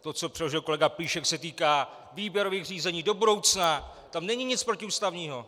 To, co předložil kolega Plíšek, se týká výběrových řízení do budoucna, tam není nic protiústavního.